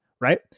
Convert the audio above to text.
Right